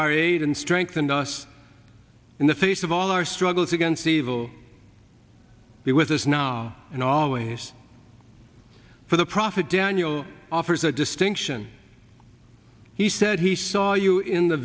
our aid and strengthened us in the face of all our struggles against evil it was us now and always for the prophet daniel offers a distinction he said he saw you in the